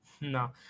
No